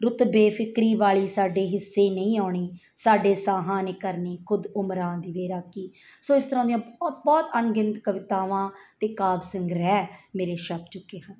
ਰੁੱਤ ਬੇਫਿਕਰੀ ਵਾਲੀ ਸਾਡੇ ਹਿੱਸੇ ਨਹੀਂ ਆਉਣੀ ਸਾਡੇ ਸਾਹਾਂ ਨੇ ਕਰਨੀ ਖੁਦ ਉਮਰਾਂ ਦੀ ਬੇਰਾਕੀ ਸੋ ਇਸ ਤਰ੍ਹਾਂ ਦੀਆਂ ਬਹੁਤ ਬਹੁਤ ਅਣਗਿਣਤ ਕਵਿਤਾਵਾਂ ਅਤੇ ਕਾਵਿ ਸੰਗ੍ਰਹਿ ਮੇਰੇ ਛਪ ਚੁੱਕੇ ਹਨ